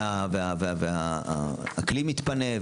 והכלי מתפנה,